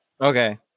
Okay